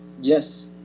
Yes